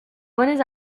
bonnets